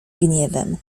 gniewem